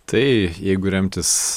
tai jeigu remtis